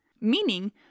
Meaning